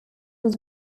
was